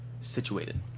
situated